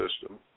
system